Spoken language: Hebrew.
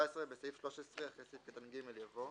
(17)בסעיף 13 אחרי סעיף קטן (ג) יבוא: